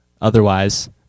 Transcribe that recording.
Otherwise